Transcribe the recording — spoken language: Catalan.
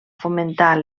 fomentar